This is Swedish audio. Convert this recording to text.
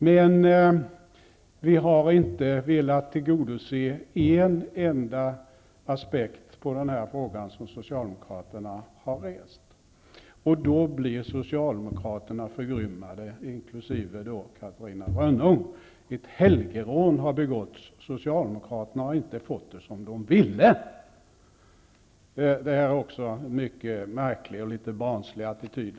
Men vi har inte velat tillgodose en enda aspekt på frågan som Socialdemokraterna har rest, och då blir Ett helgerån har begåtts -- Socialdemokraterna har inte fått det som de ville! Det är en mycket märklig och litet barnslig attityd.